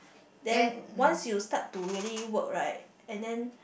then once you start to really work right and then